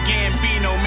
Gambino